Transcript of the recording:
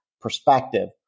perspective